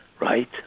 right